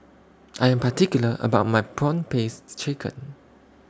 I Am particular about My Prawn Paste Chicken